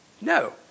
No